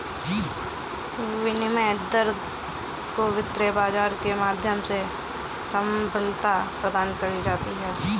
विनिमय दर को वित्त बाजार के माध्यम से सबलता प्रदान की जाती है